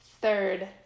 Third